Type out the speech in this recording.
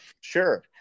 sure